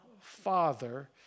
father